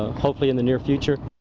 ah hopefully in the near future.